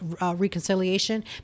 reconciliation